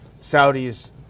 Saudi's